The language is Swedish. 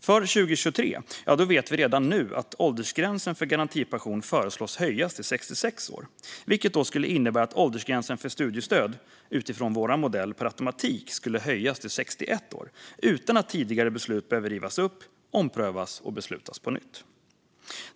Vi vet redan nu att åldersgränsen för garantipensionen föreslås höjas till 66 år från och med 2023, vilket skulle innebära att åldersgränsen för studiestöd utifrån vår modell per automatik skulle höjas till 61 år utan att tidigare beslut behöver rivas upp, omprövas och beslutas på nytt.